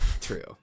True